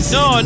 no